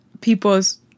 people's